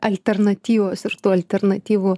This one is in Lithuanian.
alternatyvos ir tų alternatyvų